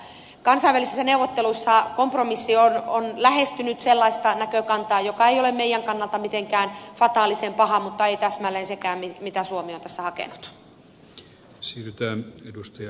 kansainvälisissä neuvotteluissa kompromissi on lähestynyt sellaista näkökantaa joka ei ole meidän kannaltamme mitenkään fataalisen paha mutta ei täsmälleen sekään mitä suomi on tässä hakenut